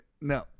No